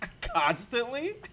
constantly